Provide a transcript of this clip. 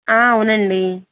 ఆ అవును అండి